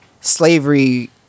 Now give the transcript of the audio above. slavery